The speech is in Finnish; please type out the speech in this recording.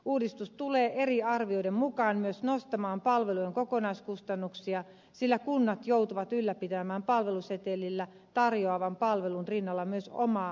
uudistus tulee eri arvioiden mukaan myös nostamaan palvelujen kokonaiskustannuksia sillä kunnat joutuvat ylläpitämään palvelusetelillä tarjottavan palvelun rinnalla myös oman vaihtoehtoisen palvelumuodon